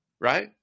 Right